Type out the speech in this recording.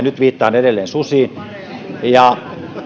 nyt viittaan edelleen susiin ja